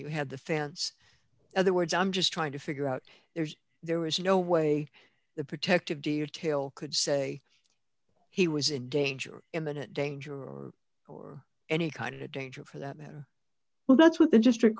you had the fans other words i'm just trying to figure out there's there was no way the protective gear tail could say he was in danger imminent danger or any kind of danger for that matter well that's what the district